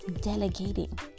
delegating